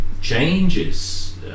changes